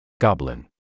Goblin